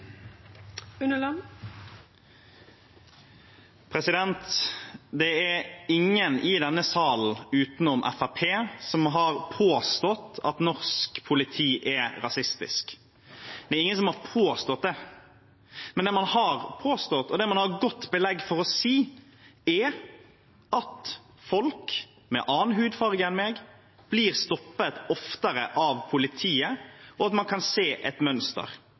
rasistisk. Det er ingen som har påstått det. Det man har påstått, og det man har godt belegg for å si, er at folk med en annen hudfarge enn meg blir stoppet oftere av politiet, og at man kan se et mønster.